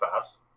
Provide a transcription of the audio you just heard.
fast